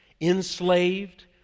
enslaved